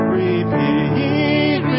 repeat